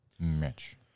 Mitch